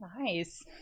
nice